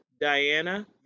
Diana